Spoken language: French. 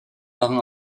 marin